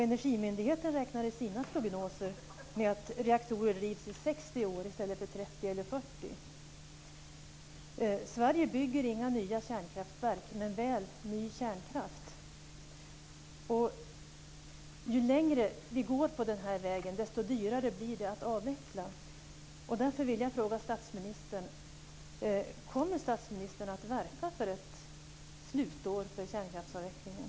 Energimyndigheten räknar i sina prognoser med att reaktorer drivs i 60 år i stället för 30 eller 40. Sverige bygger inga nya kärnkraftverk men väl ny kärnkraft. Ju längre vi går på den här vägen, desto dyrare blir det att avveckla. Därför vill jag fråga statsministern: Kommer statsministern att verka för ett slutår för kärnkraftsavvecklingen?